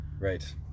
Right